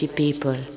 people